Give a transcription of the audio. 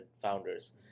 founders